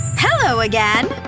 hello, again!